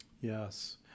Yes